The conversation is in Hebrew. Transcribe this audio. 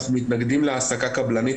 אנחנו מתנגדים להעסקה קבלנית,